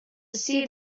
see